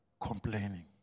complaining